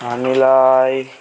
हामीलाई